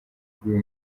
bw’uyu